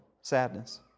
Sadness